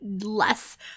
less